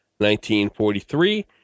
1943